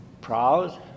proud